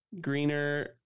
greener